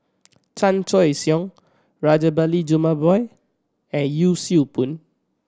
Chan Choy Siong Rajabali Jumabhoy and Yee Siew Pun